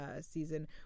season